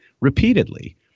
repeatedly